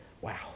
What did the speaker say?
wow